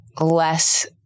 Less